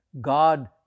God